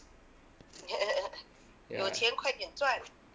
yeah